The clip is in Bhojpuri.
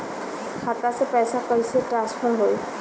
खाता से पैसा कईसे ट्रासर्फर होई?